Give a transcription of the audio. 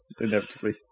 inevitably